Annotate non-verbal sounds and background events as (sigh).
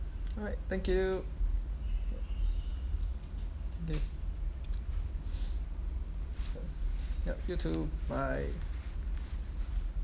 alright thank you ya ya (breath) yup you too bye